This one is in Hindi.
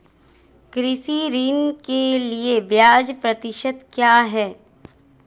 कृषि ऋण के लिए ब्याज प्रतिशत क्या है?